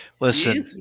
Listen